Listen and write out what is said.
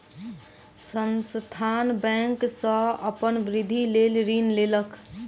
संस्थान बैंक सॅ अपन वृद्धिक लेल ऋण लेलक